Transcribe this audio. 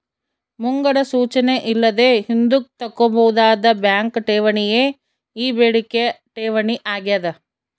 ಮುಂಗಡ ಸೂಚನೆ ಇಲ್ಲದೆ ಹಿಂದುಕ್ ತಕ್ಕಂಬೋದಾದ ಬ್ಯಾಂಕ್ ಠೇವಣಿಯೇ ಈ ಬೇಡಿಕೆ ಠೇವಣಿ ಆಗ್ಯಾದ